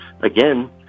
again